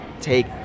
take